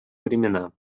времена